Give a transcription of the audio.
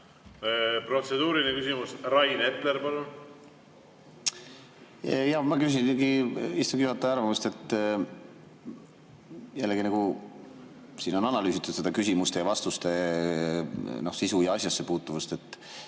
Protseduuriline küsimus, Rain Epler, palun! Jaa, ma küsin istungi juhataja arvamust. Jällegi, siin on analüüsitud seda küsimuste ja vastuste sisu ja asjasse puutuvust.